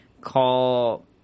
call